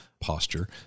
posture